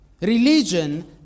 Religion